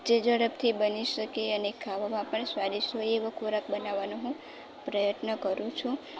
જે ઝડપથી બની શકે અને ખાવામાં પણ સ્વાદિષ્ટ હોય એવો ખોરાક બનાવવાનો હું પ્રયત્ન કરું છું